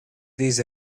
these